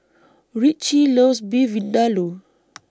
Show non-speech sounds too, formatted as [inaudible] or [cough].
Ritchie loves Beef Vindaloo [noise]